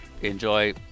enjoy